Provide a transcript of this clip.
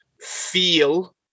feel